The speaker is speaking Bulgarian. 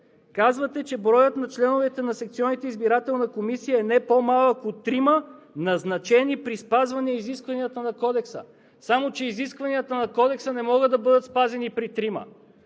Казвате, че броят на членовете на секционната избирателна комисия е не по-малък от трима, „назначени при спазване изискванията на Кодекса“, само че изискванията на Кодекса не могат да бъдат спазени при трима